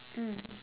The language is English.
mm